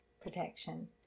protection